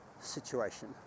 situation